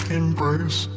embrace